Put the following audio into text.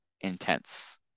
intense